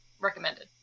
recommended